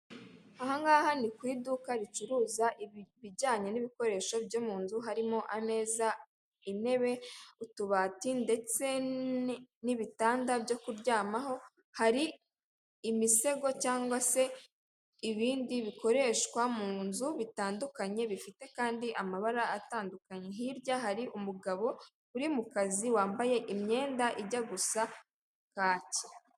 Ahangaha ni ku iduka ricuruza ibijyanye n'ibikoresho byo mu nzu harimo ameza intebe utubati ndetse n'ibitanda byo kuryamaho hari imisego cyangwa se ibindi bikoreshwa mu nzu bitandukanye bifite kandi amabara atandukanye hirya hari umugabo uri mu kazi wambaye imyenda ijya gusa kaki.